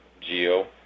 Geo